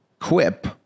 quip